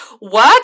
work